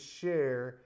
share